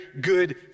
good